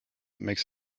makes